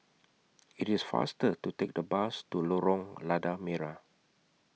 IT IS faster to Take The Bus to Lorong Lada Merah